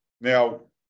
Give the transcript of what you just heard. Now